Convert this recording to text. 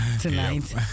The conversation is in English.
tonight